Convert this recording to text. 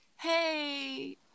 hey